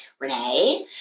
Renee